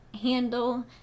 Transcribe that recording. handle